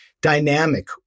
dynamic